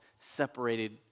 separated